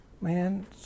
Man